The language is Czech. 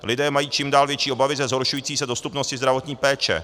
Lidé mají čím dál větší obavy ze zhoršující se dostupnosti zdravotní péče.